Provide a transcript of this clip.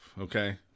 okay